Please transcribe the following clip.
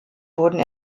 wurden